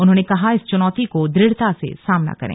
उन्होंने कहा इस चुनौती का द्रढता से सामना करें